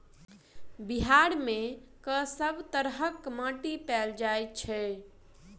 बिहार मे कऽ सब तरहक माटि पैल जाय छै?